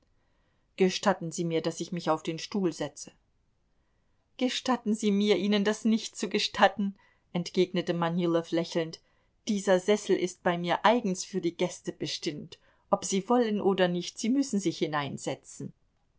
gestatten sie mir daß ich mich auf den stuhl setze gestatten sie mir ihnen das nicht zu gestatten entgegnete manilow lächelnd dieser sessel ist bei mir eigens für die gäste bestimmt ob sie wollen oder nicht sie müssen sich hineinsetzen